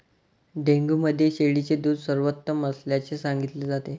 dengue मध्ये शेळीचे दूध सर्वोत्तम असल्याचे सांगितले जाते